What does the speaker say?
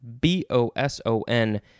B-O-S-O-N